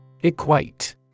Equate